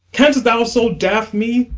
canst thou so daff me?